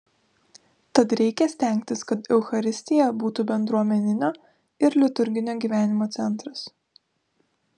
tad reikia stengtis kad eucharistija būtų bendruomeninio ir liturginio gyvenimo centras